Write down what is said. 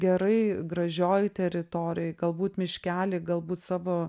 gerai gražioj teritorijoj galbūt miškely galbūt savo